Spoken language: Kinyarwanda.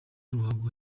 ruhago